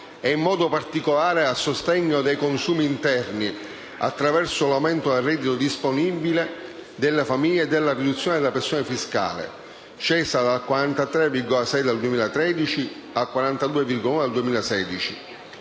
e, in modo particolare, al sostegno dei consumi interni attraverso l'aumento del reddito disponibile delle famiglie e la riduzione della pressione fiscale, scesa dal 43,6 del 2013 al 42,1 del 2016.